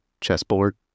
chessboard